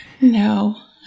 No